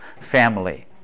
family